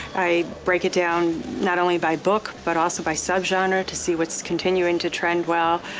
i break it down not only by book but also by subgenre to see what's continuing to trend well,